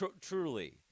truly